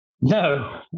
No